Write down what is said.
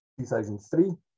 2003